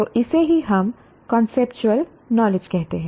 तो इसे ही हम कांसेप्चुअल नॉलेज कहते हैं